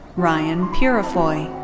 ryan peurifoy.